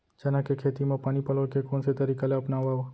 चना के खेती म पानी पलोय के कोन से तरीका ला अपनावव?